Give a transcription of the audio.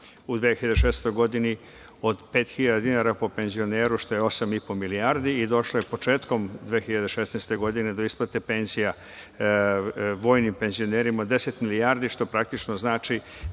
u 2016. godini od 5.000 dinara po penzioneru, što je 8,5 milijardi, i došlo je početkom 2016. godine do isplate penzija vojnim penzionerima 10 milijardi, što praktično znači